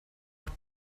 auch